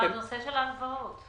גם הנושא של ההלוואות.